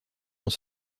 dans